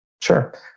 Sure